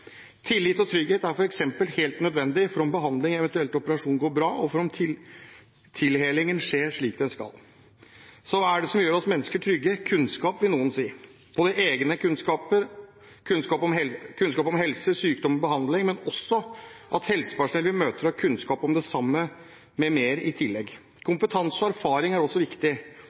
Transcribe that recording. Tillit og trygghet er f.eks. helt nødvendig for om behandling, eventuelt operasjon, går bra, og for om tilhelingen skjer slik den skal. Så hva er det som gjør oss mennesker trygge? Kunnskap vil noen si, egne kunnskaper – kunnskap om helse, sykdom og behandling – men også at helsepersonell vi møter, har kunnskap om det samme m.m. Kompetanse og erfaring er også viktig.